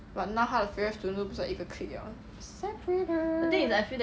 but now 她的 favourite student 都不在一个 clique liao separated